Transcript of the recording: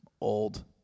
old